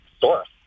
source